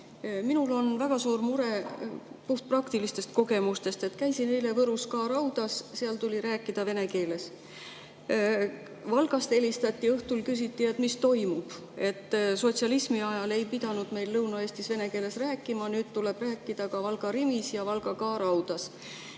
Minul on väga suur mure puhtpraktilistest kogemustest. Käisin eile Võrus K‑Rautas ja seal tuli rääkida vene keeles. Valgast helistati õhtul ja küsiti, mis toimub, et sotsialismiajal ei pidanud Lõuna-Eestis vene keeles rääkima, aga nüüd tuleb rääkida ka Valga Rimis ja Valga K‑Rautas.